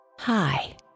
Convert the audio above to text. Hi